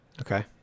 Okay